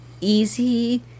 easy